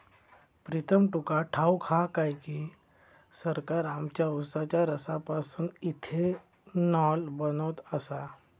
प्रीतम तुका ठाऊक हा काय की, सरकार आमच्या उसाच्या रसापासून इथेनॉल बनवत आसा